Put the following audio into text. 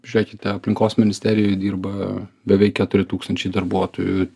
žiūrėkite aplinkos ministerijoj dirba beveik keturi tūkstančiai darbuotojų